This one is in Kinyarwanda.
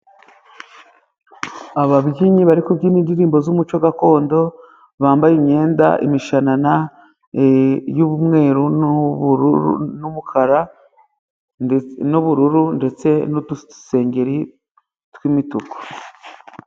Ababyinnyi bari kubyina indirimbo z'umuco gakondo, bambaye imyenda, imishanana y'umweru n'ubururu, n'umukara n'ubururu, ndetse n'udusengeri tw'imituku.